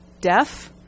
deaf